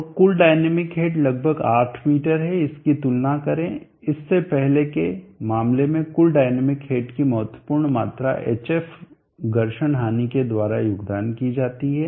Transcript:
और कुल dynamic head लगभग 8 मीटर है इसकी तुलना करें इससे पहले के मामले में कुल डायनामिक हेड की महत्वपूर्ण मात्रा hf घर्षण हानि के द्वारा योगदान की जाती है